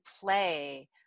play